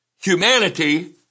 humanity